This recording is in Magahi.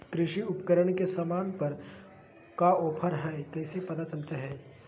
कृषि उपकरण के सामान पर का ऑफर हाय कैसे पता चलता हय?